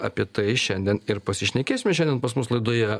apie tai šiandien ir pasišnekėsim šiandien pas mus laidoje